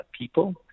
people